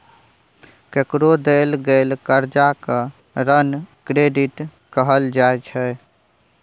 केकरो देल गेल करजा केँ ऋण क्रेडिट कहल जाइ छै